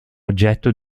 oggetto